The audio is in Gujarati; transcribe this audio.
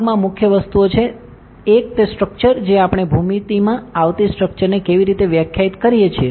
ભાગમાં મુખ્ય વસ્તુઓ છે એક તે સ્ટ્રક્ચર જે આપણે ભૂમિતિમાં આવતી સ્ટ્રક્ચરને કેવી રીતે વ્યાખ્યાયિત કરીએ છીએ